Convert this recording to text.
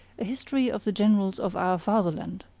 a history of the generals of our fatherland.